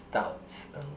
B is stouts um